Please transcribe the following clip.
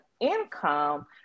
income